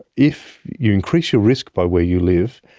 if you increase your risk by where you live,